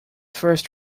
first